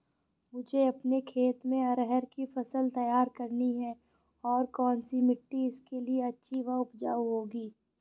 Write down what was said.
मुझे अपने खेत में अरहर की फसल तैयार करनी है और कौन सी मिट्टी इसके लिए अच्छी व उपजाऊ होगी?